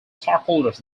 stockholders